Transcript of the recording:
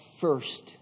first